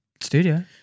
Studio